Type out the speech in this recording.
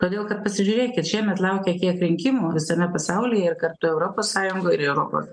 todėl kad pasižiūrėkit šiemet laukia kiek rinkimų visame pasaulyje ir kartu europos sąjungoj ir europos